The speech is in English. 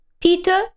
Peter